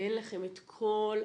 ואין לכם את כל המידע,